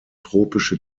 tropische